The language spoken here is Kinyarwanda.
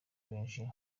benshi